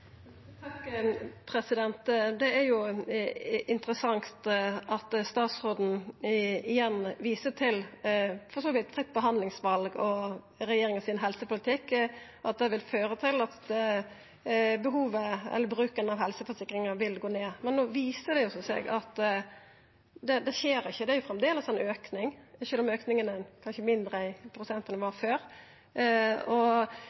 Det er interessant at statsråden igjen viser til at fritt behandlingsval og helsepolitikken til regjeringa vil føra til at bruken av helseforsikringar vil gå ned, men no viser det seg jo at det ikkje skjer. Det er framleis ein auke, sjølv om auken kanskje er mindre i prosent enn han var før. Ut frå den